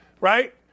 Right